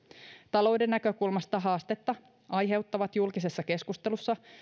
talouden näkökulmasta haastetta aiheuttavat julkisessa keskustelussa